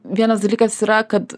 vienas dalykas yra kad